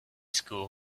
school